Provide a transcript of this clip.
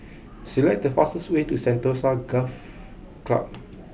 select the fastest way to Sentosa Golf Club